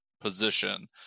position